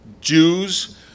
Jews